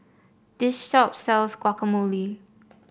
this shop sells Guacamole